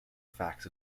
facts